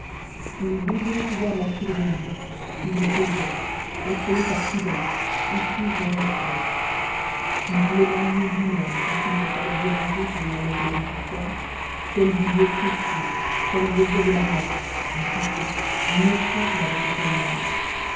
il désirait pouvoir la surveiller suivre ses gestes contrôler sa prudence épier son respect il voulait manier lui-même quand il les fallait déranger pour l'enlèvement des poussières tel bibelot précieux tels objets de la morte un coussin un écran qu'elle avait fait elle-même